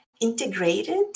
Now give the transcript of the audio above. integrated